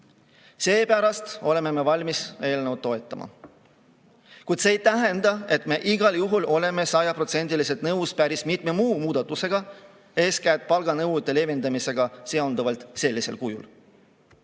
Seepärast oleme me valmis eelnõu toetama. Kuid see ei tähenda, et me igal juhul oleme sajaprotsendiliselt nõus päris mitme muu muudatusega, eeskätt palganõuete leevendamisega sellisel kujul.